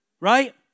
Right